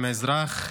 עם האזרח,